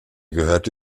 gehörte